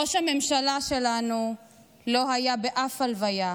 ראש הממשלה שלנו לא היה באף הלוויה,